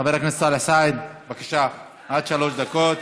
חבר הכנסת סאלח סעד, בבקשה, עד שלוש דקות.